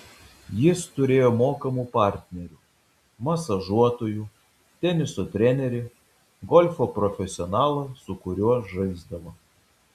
jis turėjo mokamų partnerių masažuotojų teniso trenerį golfo profesionalą su kuriuo žaisdavo